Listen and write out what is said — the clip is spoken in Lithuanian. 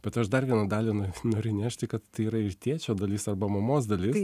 bet aš dar vieną dalį na nori nešti kad tai yra ir tėčio dalis arba mamos dalis